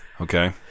Okay